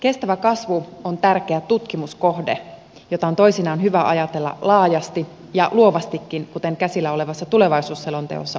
kestävä kasvu on tärkeä tutkimuskohde jota on toisinaan hyvä ajatella laajasti ja luovastikin kuten käsillä olevassa tulevaisuusselonteossa on tehty